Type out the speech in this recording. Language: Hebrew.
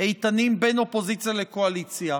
איתנים בין אופוזיציה לקואליציה,